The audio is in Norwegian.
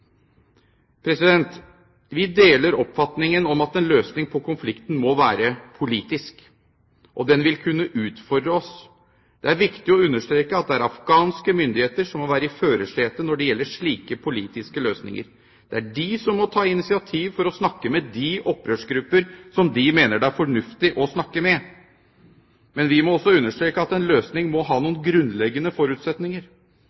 Vi deler oppfatningen om at en løsning på konflikten må være politisk, og den vil kunne utfordre oss. Det er viktig å understreke at det er afghanske myndigheter som må være i førersetet når det gjelder slike politiske løsninger. Det er de som må ta initiativ for å snakke med de opprørsgrupper som de mener det er fornuftig å snakke med. Men vi må også understreke at en løsning må ha